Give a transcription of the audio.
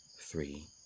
three